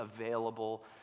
available